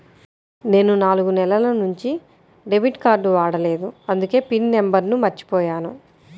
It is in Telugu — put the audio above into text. నేను నాలుగు నెలల నుంచి డెబిట్ కార్డ్ వాడలేదు అందుకే పిన్ నంబర్ను మర్చిపోయాను